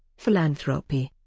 philanthropy